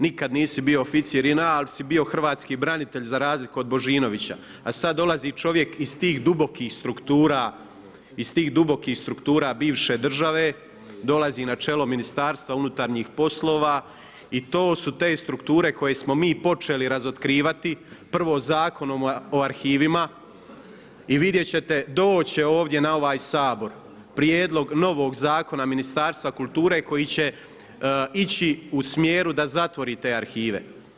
Nikad nisi bio oficir JNA, al si bio hrvatski branitelj za razliku od Božinovića, a sad dolazi čovjek iz tih dubokih struktura, iz tih dubokih struktura bivše države, dolaze na čelo Ministarstva unutarnjih poslova i to su te strukture koje smo mi počeli razotkrivati, prvo Zakonom o arhivima i vidjet ćete, doći će ovdje na ovaj Sabor prijedlog novog zakona Ministarstva kulture koji će ići u smjeru da zatvori te arhive.